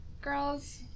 girls